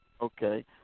Okay